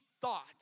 thought